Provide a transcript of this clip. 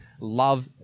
love